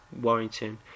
Warrington